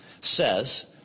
says